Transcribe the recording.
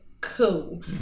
cool